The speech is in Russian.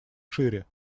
шире